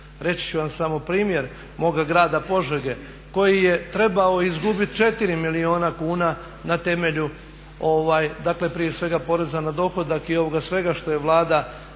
Reći ću vam samo primjer moga grada Požege koji je trebao izgubiti 4 milijuna kuna na temelju, dakle prije svega poreza na dohodak i ovoga svega što je Vlada